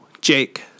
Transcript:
Jake